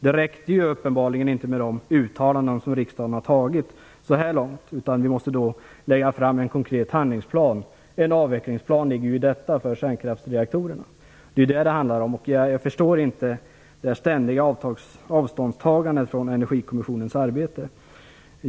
Det räckte uppenbarligen inte med de uttalanden som riksdagen har gjort så här långt, utan vi måste lägga fram en konkret plan - en avvecklingsplan ligger i detta - för kärnkraftsreaktorerna. Det är vad det handlar om. Jag förstår inte det ständiga avståndstagandet från Energikommissionens arbete.